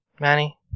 Manny